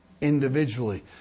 individually